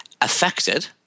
affected